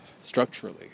structurally